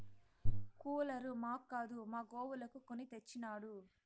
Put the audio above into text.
cooler మాక్కాదు మా గోవులకు కొని తెచ్చినాడు